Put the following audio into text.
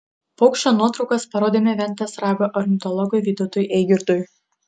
paukščio nuotraukas parodėme ventės rago ornitologui vytautui eigirdui